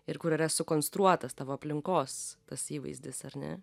ir kur yra sukonstruotas tavo aplinkos tas įvaizdis ar ne